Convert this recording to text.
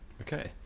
Okay